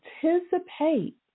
participate